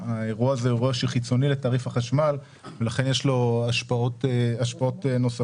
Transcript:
האירוע הזה הוא חיצוני לתעריף החשמל ולכן יש לו השפעות נוספות,